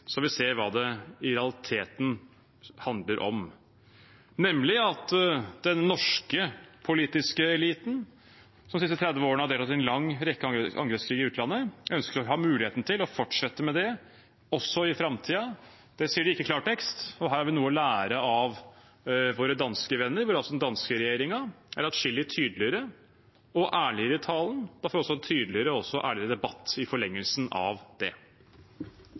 så vi ser hva det i realiteten handler om, nemlig at den norske politiske eliten, som de siste 30 årene har deltatt i en lang rekke angrepskriger i utlandet, ønsker å ha muligheten til å fortsette med det også i framtiden. Men det sier de ikke i klartekst. Her har vi noe å lære av våre danske venner. Den danske regjeringen er altså atskillig tydeligere og ærligere i talen. Man får en tydeligere og også ærligere debatt i forlengelsen av det.